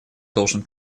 должен